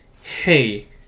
hey